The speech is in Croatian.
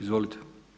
Izvolite.